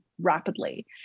rapidly